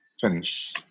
Finish